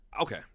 okay